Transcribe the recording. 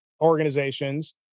organizations